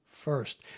first